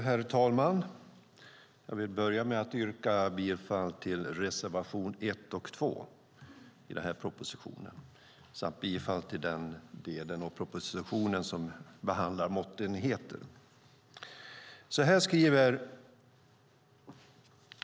Herr talman! Jag vill börja med att yrka bifall till reservationerna 1 och 2 i betänkandet samt till den del av propositionen som behandlar måttenheter.